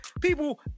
people